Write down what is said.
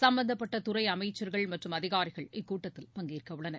சும்பந்தப்பட்ட துறை அமைச்சர்கள் மற்றும் அதிகாரிகள் இக்கூட்டத்தில் பங்கேற்க உள்ளனர்